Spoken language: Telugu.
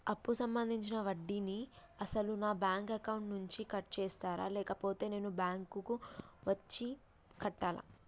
అప్పు సంబంధించిన వడ్డీని అసలు నా బ్యాంక్ అకౌంట్ నుంచి కట్ చేస్తారా లేకపోతే నేను బ్యాంకు వచ్చి కట్టాలా?